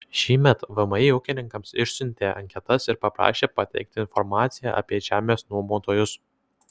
šįmet vmi ūkininkams išsiuntė anketas ir paprašė pateikti informaciją apie žemės nuomotojus